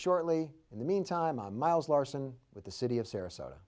shortly in the mean time miles larsen with the city of sarasota